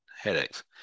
headaches